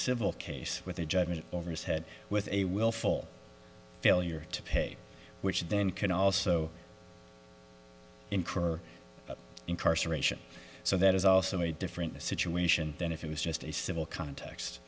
civil case with a judgment over his head with a willful failure to pay which then can also incur incarceration so that is also a different situation than if it was just a civil context